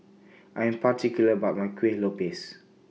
I Am particular about My Kuih Lopes